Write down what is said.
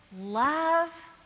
love